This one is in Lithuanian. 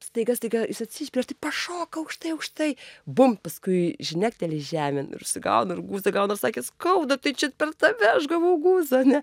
staiga staiga jis atsispiria ir taip pašoka aukštai aukštai bump paskui žnekteli žemėn ir užsigauna ir guzą gaudo sakė skauda tai čia per tave aš gavau guzą ane